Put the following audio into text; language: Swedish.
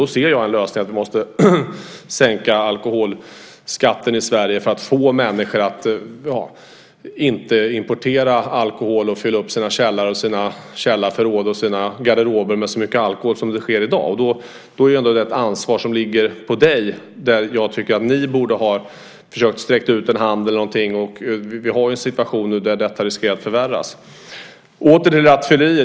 Jag ser en lösning i att sänka alkoholskatten i Sverige för att få människor att inte importera alkohol och fylla sina källare, källarförråd och garderober med så mycket alkohol som i dag sker. Det är ett ansvar som ligger på dig. Jag tycker att ni borde ha försökt sträcka ut en hand eller så. Vi har ju nu en situation där detta riskerar att förvärras. Jag återkommer till frågan om rattfylleri.